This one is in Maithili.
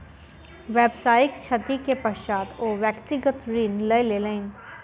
व्यावसायिक क्षति के पश्चात ओ व्यक्तिगत ऋण लय लेलैन